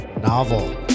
novel